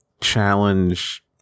challenge